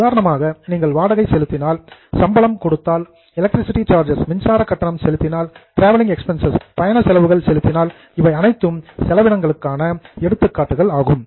உதாரணமாக நீங்கள் வாடகை செலுத்தினால் சம்பளம் கொடுத்தால் எலக்ட்ரிசிட்டி சார்ஜஸ் மின்சார கட்டணம் செலுத்தினால் டிராவலிங் எக்ஸ்பென்ஸ்சஸ் பயண செலவுகள் செலுத்தினால் இவை அனைத்தும் செலவினங்களுக்கான எடுத்துக்காட்டுகள் ஆகும்